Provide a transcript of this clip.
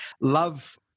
love